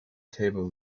table